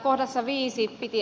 kohdassa viisi piti